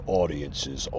audiences